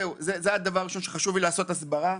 זה הדבר הראשון שחשוב לי לעשות הסברה.